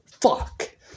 fuck